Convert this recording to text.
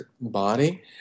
body